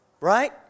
Right